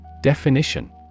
Definition